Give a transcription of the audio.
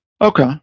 Okay